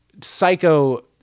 psycho